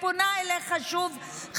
ופונה אליך שוב,